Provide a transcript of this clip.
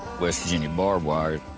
west virginia barbed wire.